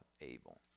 able